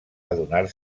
adonar